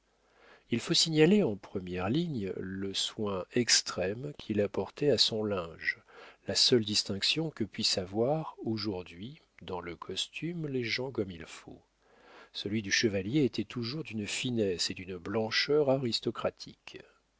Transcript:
il faut signaler en première ligne le soin extrême qu'il apportait à son linge la seule distinction que puissent avoir aujourd'hui dans le costume les gens comme il faut celui du chevalier était toujours d'une finesse et d'une blancheur aristocratiques